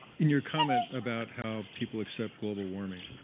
in your comment about how people accept global warming,